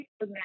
now